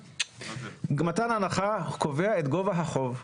מתן ההנחה קובע את גובה החוב.